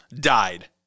died